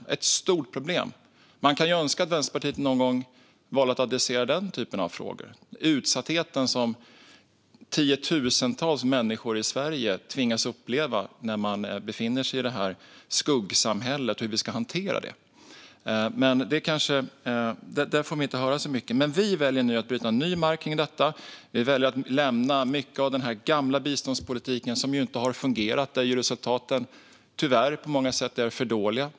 Det är ett stort problem. Man kan ju önska att Vänsterpartiet någon gång valde att adressera den typen av frågor. Hur ska vi hantera utsattheten som tiotusentals människor i Sverige tvingas uppleva när de befinner i skuggsamhället? Det får vi inte höra så mycket om. Vi väljer nu att lämna mycket av den gamla biståndspolitiken, som ju inte har fungerat och där resultaten tyvärr på många sätt är för dåliga.